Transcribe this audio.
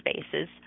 spaces